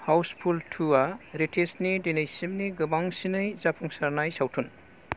हाउसफुल तु आ रितेशनि दिनैसिमनि गोबांसिनै जाफुंसारनाय सावथुन